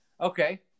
okay